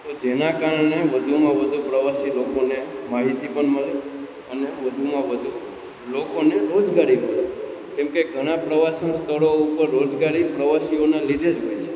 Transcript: તો જેના કારણે વધુમાં વધુ પ્રવાસી લોકોને માહિતી પણ મળે અને વધુમાં વધુ લોકોને રોજગારી મળે કેમ કે ઘણા પ્રવાસન સ્થળો ઉપર રોજગારી પ્રવાસીઓના લીધે જ હોય છે